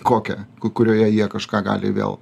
kokią ku kurioje jie kažką gali vėl